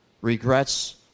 regrets